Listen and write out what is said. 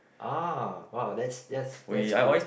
ah !wow! that's that's that's cool